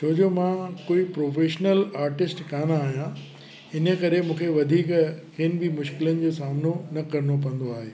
छो जो मां कोई प्रोफेशनल आर्टिस्ट कोन आहियां हिन करे मूंखे वधीक इन बि मुश्किलनि जो सामिनो न करिणो पवंदो आहे